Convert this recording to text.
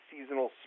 seasonal